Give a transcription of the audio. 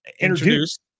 introduced